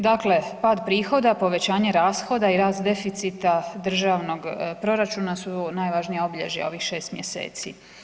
Dakle, pad prihoda, povećanje rashoda i rast deficita državnog proračuna su najvažnija obilježja ovih 6. mjeseci.